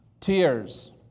Tears